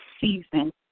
season